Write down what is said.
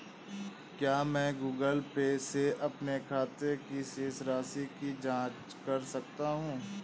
क्या मैं Google Pay से अपने खाते की शेष राशि की जाँच कर सकता हूँ?